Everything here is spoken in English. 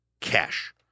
cash